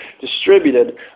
distributed